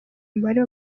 umubare